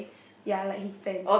ya like his fans